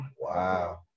Wow